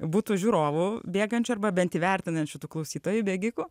būtų žiūrovų bėgančių arba bent įvertinant šitų klausytojų bėgikų